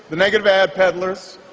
the negative ad peddlers,